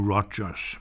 Rogers